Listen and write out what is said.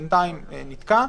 שבינתיים נתקע.